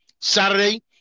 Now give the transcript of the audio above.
Saturday